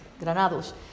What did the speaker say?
granados